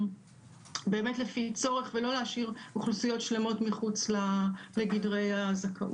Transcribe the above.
באמת לפי צורך ולא להשאיר אוכלוסיות שלמות מחוץ לגדרי הזכאות.